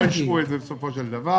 לא אישרו את זה בסופו של דבר.